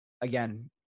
again